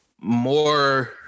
more